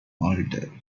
alder